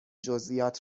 جزئیات